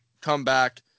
comeback